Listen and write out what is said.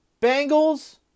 Bengals